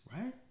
right